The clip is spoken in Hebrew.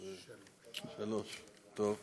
שלוש, טוב.